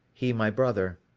he my brother.